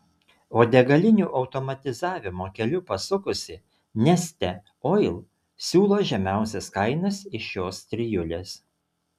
o degalinių automatizavimo keliu pasukusi neste oil siūlo žemiausias kainas iš šios trijulės